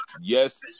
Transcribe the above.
Yes